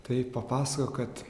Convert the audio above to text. tai papasako kad